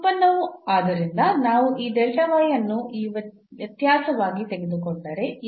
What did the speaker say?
ಈ ಉತ್ಪನ್ನವು ಆದ್ದರಿಂದ ನಾವು ಈ ಅನ್ನು ಈ ವ್ಯತ್ಯಾಸವಾಗಿ ತೆಗೆದುಕೊಂಡರೆ ಏಕೆಂದರೆ ಅಲ್ಲಿ